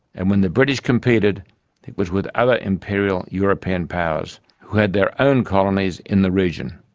and when the british competed it was with other imperial european powers who had their own colonies in the region.